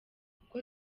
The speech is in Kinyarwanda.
kuko